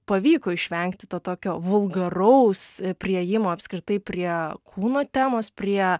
pavyko išvengti to tokio vulgaraus priėjimo apskritai prie kūno temos prie